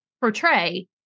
portray